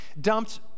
dumped